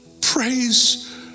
praise